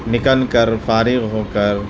نکل کر فارغ ہو کر